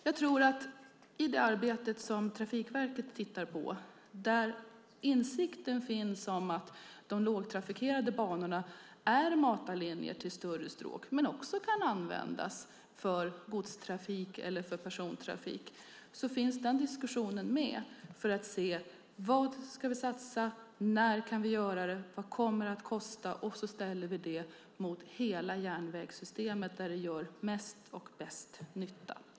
Jag tror att i det arbete som Trafikverket tittar på finns insikten om att de lågtrafikerade banorna är matarlinjer till större stråk men kan också användas för godstrafik eller för persontrafik. Den diskussionen finns med för att se vad vi ska satsa på, när vi kan göra det och vad det kommer att kosta. Sedan ställer vi det mot hela järnvägssystemet där det gör mest och bäst nytta.